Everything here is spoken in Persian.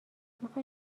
میخای